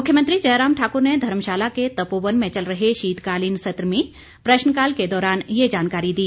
मुख्यमंत्री जयराम ठाकुर ने धर्मशाला के तपोवन में चल रहे शीतकालीन सत्र में प्रश्नकाल के दौरान ये जानकारी दी